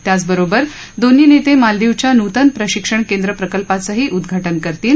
त्याचबरोबर दोन्ही नेते मालदिवच्या नूतन प्रशिक्षण केंद्र प्रकल्पाचंही उद्घाटन करणार आहेत